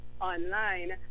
online